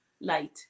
light